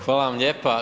Hvala vam lijepa.